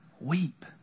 weep